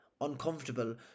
uncomfortable